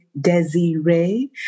Desiree